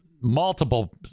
multiple